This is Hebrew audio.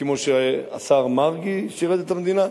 כמו שהשר מרגי שירת את המדינה,